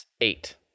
eight